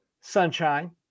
sunshine